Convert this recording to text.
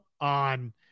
on